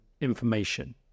information